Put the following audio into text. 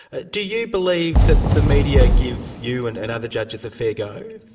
ah do you believe that the media gives you and and other judges a fair go?